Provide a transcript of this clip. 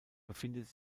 befindet